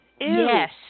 Yes